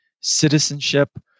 citizenship